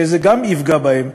שזה גם יפגע בהם,